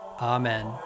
Amen